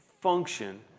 function